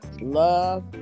love